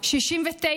69,